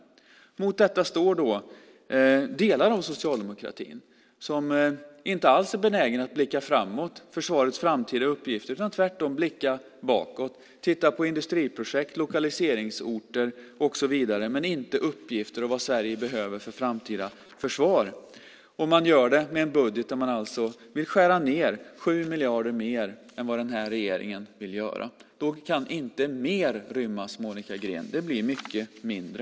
Mot detta står delar av Socialdemokraterna som inte alls är benägna att blicka framåt, att blicka på försvarets framtida uppgifter. Tvärtom blickar man bakåt och tittar på industriprojekt, lokaliseringsorter och så vidare men inte på uppgifter och på vad Sverige behöver för det framtida försvaret. Detta gör man med en budget där man alltså vill skära ned med 7 miljarder mer än vad den här regeringen vill göra. Då kan inte mer inrymmas, Monica Green, utan då blir det mycket mindre.